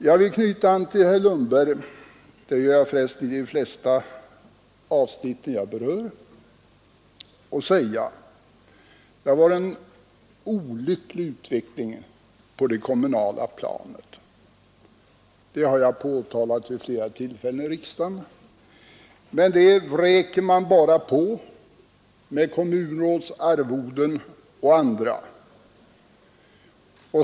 Jag vill knyta an till herr Lundberg — det gör jag förresten i de flesta avsnitt som jag berör — och säga att det har varit en olycklig utveckling på det kommunala planet. Det har jag påtalat vid flera tillfällen i riksdagen. Där vräker man bara på med kommunrådsarvoden m.m.